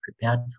prepared